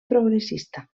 progressista